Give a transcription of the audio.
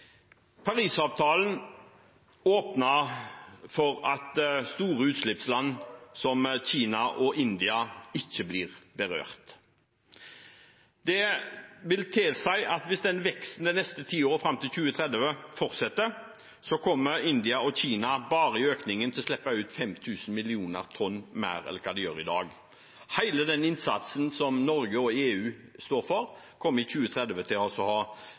Parisavtalen åpner for at store utslippsland som Kina og India ikke blir berørt. Det tilsier at hvis veksten fortsetter det neste tiåret, fram til 2030, kommer India og Kina til å slippe ut 5 000 millioner tonn mer enn de gjør i dag. Hele den innsatsen som Norge og EU står for, kommer i 2030 til å ha